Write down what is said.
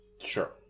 Sure